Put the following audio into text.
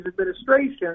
administration